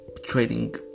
trading